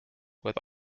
with